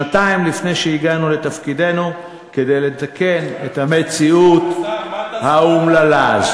שנתיים לפני שהגענו לתפקידנו כדי לתקן את המציאות האומללה.